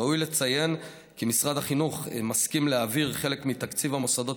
ראוי לציין כי משרד החינוך מסכים להעביר חלק מתקציב המוסדות